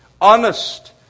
honest